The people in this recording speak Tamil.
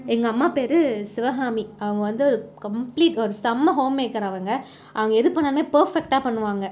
எங்கள் அம்மா பேர் சிவகாமி அவங்க வந்து ஒரு கம்ப்ளீட் ஒரு செம்ம ஹோம் மேக்கர் அவங்க அவங்க எது பண்ணாலுமே பெர்ஃபெக்டாக பண்ணுவாங்க